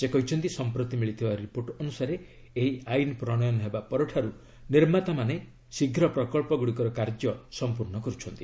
ସେ କହିଛନ୍ତି ସମ୍ପ୍ରତି ମିଳିଥିବା ରିପୋର୍ଟ ଅନୁସାରେ ଏହି ଆଇନ୍ ପ୍ରଣୟନ ହେବା ପରଠାରୁ ନିର୍ମାତାମାନେ ଶୀଘ୍ର ପ୍ରକଳ୍ପଗୁଡ଼ିକର କାର୍ଯ୍ୟ ସମ୍ପୂର୍ଣ୍ଣ କରୁଛନ୍ତି